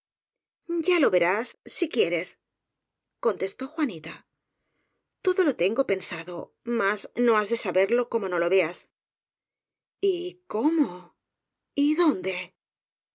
ya lo verás si quieres contestó juanita todo lo tengo pensado mas no has de saberlo como no lo veas y cómo y dónde